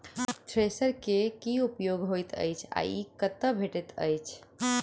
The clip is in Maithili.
थ्रेसर केँ की उपयोग होइत अछि आ ई कतह भेटइत अछि?